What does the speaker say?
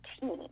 team